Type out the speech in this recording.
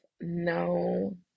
no